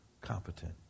competent